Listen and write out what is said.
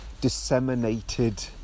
disseminated